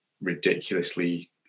ridiculously